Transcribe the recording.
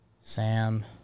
Sam